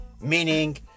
meaning